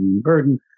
burden